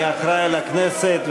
אני אחראי לכנסת,